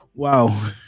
Wow